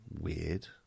Weird